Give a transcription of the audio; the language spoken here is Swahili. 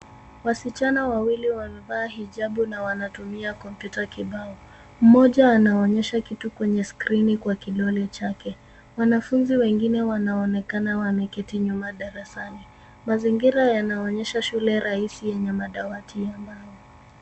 Wasichana wawili wamevaa hijabu na wanatumia kompyuta kibao. Mmoja anaonyesha kitu kwenye skrini kwa kidole chake. Wanafunzi wengine wanaonekana wameketi nyuma darasani. Mazingira yanaonyesha shule rahisi yenye madawati ya mbao.